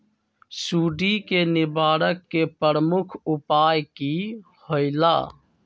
सुडी के निवारण के प्रमुख उपाय कि होइला?